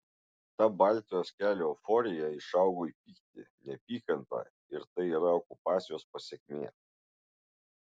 ta baltijos kelio euforija išaugo į pyktį neapykantą ir tai yra okupacijos pasekmė